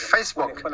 Facebook